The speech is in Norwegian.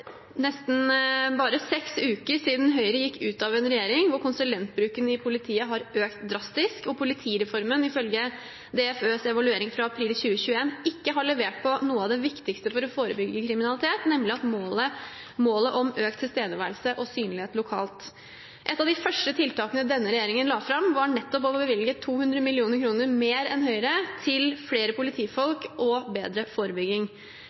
bare seks uker siden Høyre gikk ut av en regjering hvor konsulentbruken i politiet har økt drastisk og politireformen ifølge DFØs evaluering fra april 2021 ikke har levert på noe av det viktigste for å forebygge kriminalitet, nemlig målet om økt tilstedeværelse og synlighet lokalt. Et av de første tiltakene denne regjeringen la fram, var nettopp å bevilge 200 mill. kr mer enn Høyre til flere politifolk og bedre forebygging.